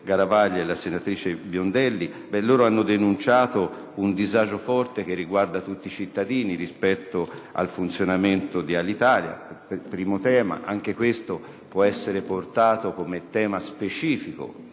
Garavaglia e la senatrice Biondelli hanno invece denunciato il forte disagio che riguarda tutti i cittadini rispetto al funzionamento di Alitalia. Anche questo può essere portato, come tema specifico